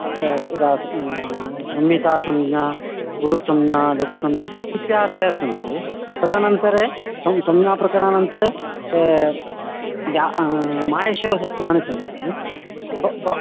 त तदा संहितासंज्ञा गुरुसंज्ञा लघुसंज्ञा इत्यादयः सन्ति तदनन्तरे सं संज्ञाप्रकरणानन्तरं व्या माश्वरसूत्राणि सन्ति ब ब